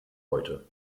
heute